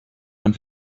man